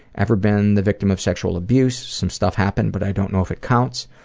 ever been the victim of sexual abuse, some stuff happened but i don't know if it counts.